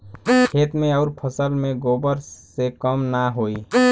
खेत मे अउर फसल मे गोबर से कम ना होई?